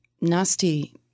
nasty